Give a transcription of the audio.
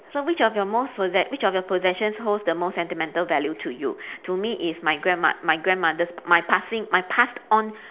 so which of your most pose~ which of your possessions holds the most sentimental value to you to me is my grandma my grandmother's my passing my passed on